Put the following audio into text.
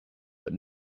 but